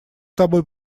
тобой